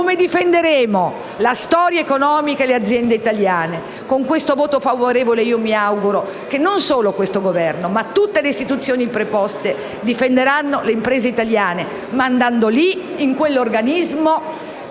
Come difenderemo la storia economica e le aziende italiane? Con il voto favorevole io mi auguro che non solo questo Governo ma tutte le istituzioni preposte difenderanno le imprese italiane, mandando in quell'organismo